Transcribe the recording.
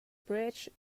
bridge